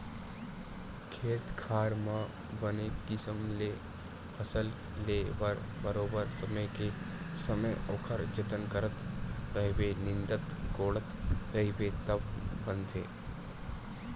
खेत खार म बने किसम ले फसल के ले बर बरोबर समे के समे ओखर जतन करत रहिबे निंदत कोड़त रहिबे तब बनथे